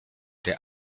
der